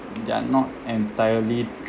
they are not entirely